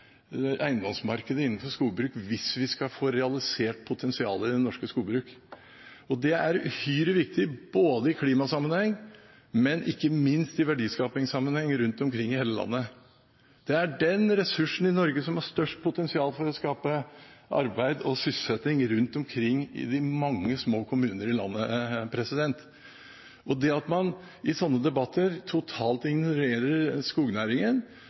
eiendomsmarkedet innenfor skogbruk hvis vi skal få realisert potensialet i det norske skogbruket. Og det er uhyre viktig, både i klimasammenheng og ikke minst i verdiskapingssammenheng rundt omkring i hele landet. Det er den ressursen i Norge som har størst potensial for å skape arbeid og sysselsetting rundt omkring i de mange små kommuner i landet. Og det at man i sånne debatter totalt ignorerer skognæringen